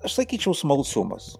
aš sakyčiau smalsumas